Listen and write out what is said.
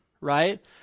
right